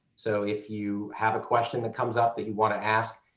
so if you have a question that comes up that you want to ask,